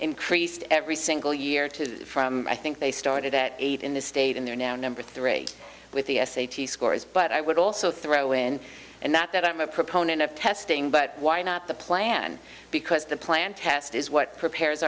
increased every single year to from i think they started at eight in the state and they're now number three with the s a t s scores but i would also throw in and that i'm a proponent of testing but why not the plan because the plan test is what prepares